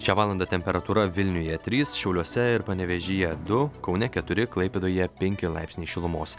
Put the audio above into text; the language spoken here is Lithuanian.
šią valandą temperatūra vilniuje trys šiauliuose ir panevėžyje du kaune keturi klaipėdoje penki laipsniai šilumos